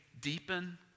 deepen